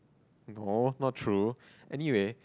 no not true anyway